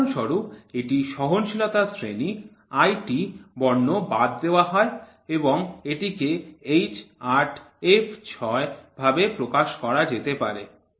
উদাহরণস্বরূপ এটি সহনশীলতার শ্রেণীর IT বর্ণটি বাদ দেওয়া হয় এবং এটিকে H8 f6 এভাবে প্রকাশ করা যেতে পারে